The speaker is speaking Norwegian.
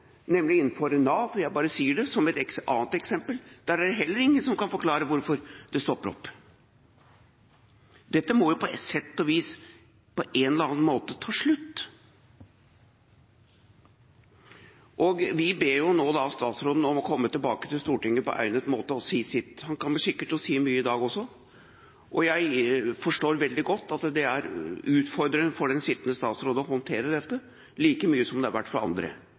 nemlig innenfor Nav. Jeg bare sier det som et annet eksempel. Der er det heller ingen som kan forklare hvorfor det stopper opp. Dette må på sett og vis, på en eller annen måte, ta slutt. Vi ber nå statsråden om å komme tilbake til Stortinget på egnet måte og si sitt. Han kommer sikkert til å si mye i dag også, og jeg forstår veldig godt at det er utfordrende for den sittende statsråd å håndtere dette, like mye som det har vært det for andre.